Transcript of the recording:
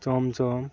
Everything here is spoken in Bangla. চমচম